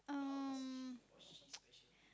um